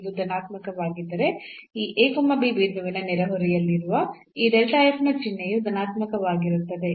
ಇದು ಧನಾತ್ಮಕವಾಗಿದ್ದರೆ ಈ ab ಬಿಂದುವಿನ ನೆರೆಹೊರೆಯಲ್ಲಿರುವ ಈ ನ ಚಿಹ್ನೆಯು ಧನಾತ್ಮಕವಾಗಿರುತ್ತದೆ